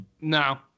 No